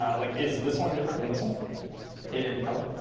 ah like is this one different than this one in color?